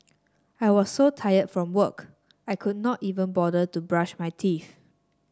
I was so tired from work I could not even bother to brush my teeth